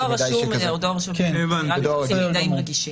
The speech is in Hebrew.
דואר רשום או --- שולחים מידעים אישיים.